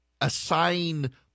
assign